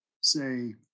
say